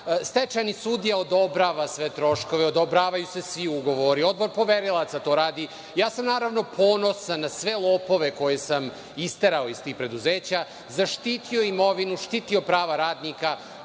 Stečajni sudija odobrava sve troškove, odobravaju se svi ugovori, odbor poverilaca to radi. Ja sam, naravno, ponosan na sve lopove koje sam isterao iz tih preduzeća, zaštitio imovinu, štitio prava radnika,